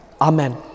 Amen